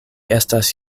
estas